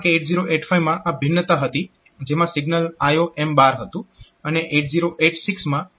કારણકે 8085 માં આ ભિન્નતા હતી જેમાં સિગ્નલ IOM હતું અને 8086 માં સિગ્નલ MIO હોય છે